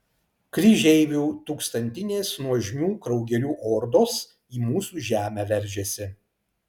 kryžeivių tūkstantinės nuožmių kraugerių ordos į mūsų žemę veržiasi